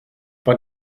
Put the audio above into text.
war